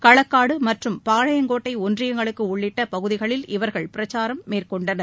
களக்காடு மற்றும் பாளையங்கோட்டை ஒன்றியங்களுக்கு உள்ளிட்ட பகுதிகளில் இவர்கள் பிரச்சாரம் மேற்கொண்டனர்